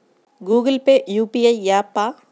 Google Pay UPI య్యాపా?